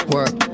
Work